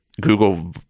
Google